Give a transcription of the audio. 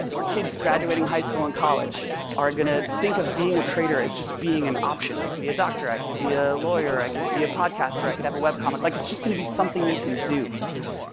kids graduating high school and college are going to think of being a creator as just being an option i could be a doctor, i could be a lawyer, i could be a podcaster, i could have a web comic. like it's just going to be something you can do.